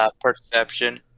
Perception